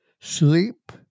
Sleep